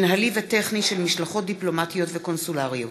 מינהלי וטכני של משלחות דיפלומטיות וקונסולריות.